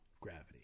gravity